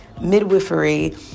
midwifery